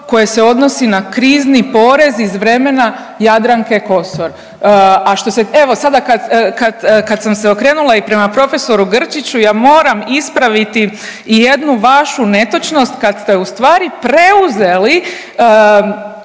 koje se odnosi na krizni porez iz vremena Jadranke Kosor. A što se, evo, sad kad sam se okrenula i prema profesoru Grčiću, ja moram ispraviti i jednu vašu netočnost, kad ste ustvari preuzeli